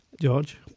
George